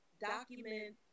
document